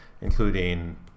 including